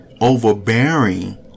overbearing